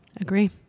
agree